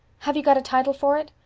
have you got a title for it?